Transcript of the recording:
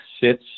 sits